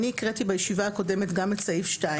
אני הקראתי בישיבה הקודמת גם את סעיף 2